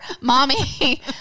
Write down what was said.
Mommy